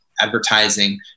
advertising